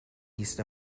east